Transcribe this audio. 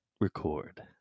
record